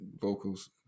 vocals